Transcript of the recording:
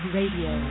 Radio